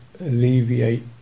alleviate